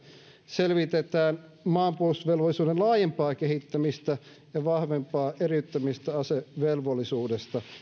selvitetään maanpuolustusvelvollisuuden laajempaa kehittämistä ja vahvempaa eriyttämistä asevelvollisuudesta